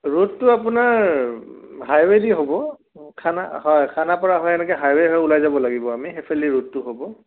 ৰুটটো আপোনাৰ হাইৱে' দি হ'ব খানা হয় খানাপাৰা হৈ এনেকৈ হাইৱে হৈ ওলাই যাব লাগিব আমি সেইফাল দি ৰুটটো হ'ব